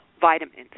vitamins